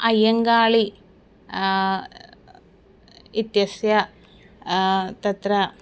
अय्यङ्गाळि इत्यस्य तत्र